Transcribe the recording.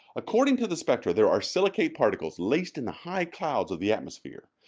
according to the spectra there are silicate particles laced in the high clouds of the atmosphere.